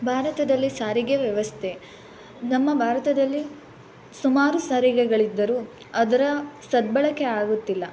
ಭಾರತದಲ್ಲಿ ಸಾರಿಗೆ ವ್ಯವಸ್ಥೆ ನಮ್ಮ ಭಾರತದಲ್ಲಿ ಸುಮಾರು ಸಾರಿಗೆಗಳಿದ್ದರೂ ಅದರ ಸದ್ಬಳಕೆ ಆಗುತ್ತಿಲ್ಲ